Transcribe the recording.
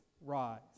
rise